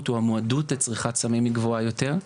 או המועדות לצריכת סמים היא גבוהה יותר,